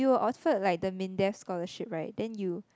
were offered like the Mindef scholarship right then you